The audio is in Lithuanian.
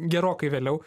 gerokai vėliau